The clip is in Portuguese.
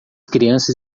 crianças